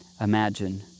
imagine